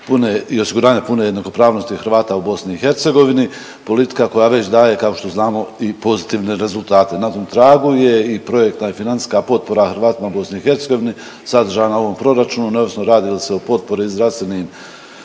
i osiguranja pune jednakopravnosti Hrvatska u BiH politika koja već daje kao što znamo i pozitivne rezultate. Na tom tragu je i projekt da je financijska potpora Hrvatima u BiH sadržana u ovom proračunu neovisno radi li se o potpori zdravstvenim,